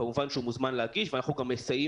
כמובן שהוא מוזמן להגיש ואנחנו גם מסייעים